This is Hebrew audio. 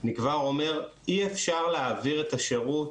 אני כבר אומר, אי אפשר להעביר את השירות